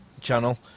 channel